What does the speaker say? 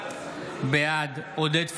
בעד עודד פורר,